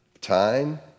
time